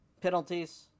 Penalties